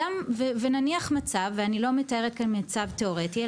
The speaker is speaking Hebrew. ונניח מצב ואני לא מתארת להם מצב תאורטי,